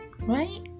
right